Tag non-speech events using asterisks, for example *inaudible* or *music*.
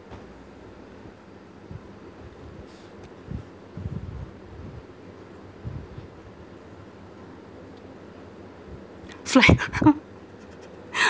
flying *laughs* around *laughs*